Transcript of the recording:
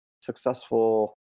successful